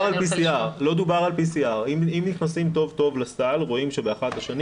לא דובר על PCR. אם נכנסים טוב טוב לסל רואים שבאחת השנים